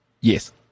Yes